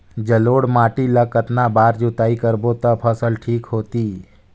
जलोढ़ माटी ला कतना बार जुताई करबो ता फसल ठीक होती?